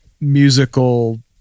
musical